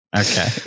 Okay